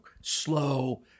slow